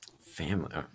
Family